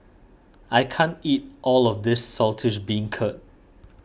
I can't eat all of this Saltish Beancurd